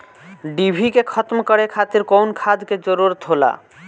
डिभी के खत्म करे खातीर कउन खाद के जरूरत होला?